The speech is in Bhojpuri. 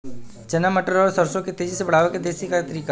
चना मटर और सरसों के तेजी से बढ़ने क देशी तरीका का ह?